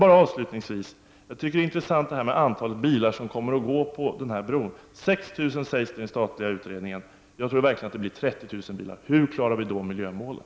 Avslutningsvis tycker jag att det är intressant med det antal bilar som kommer att köra över bron. 6 000 sägs det i den statliga utredningen. Jag tror att det i verkligheten blir 30 000 bilar. Hur klarar vi då miljömålen?